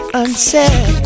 unsaid